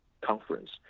conference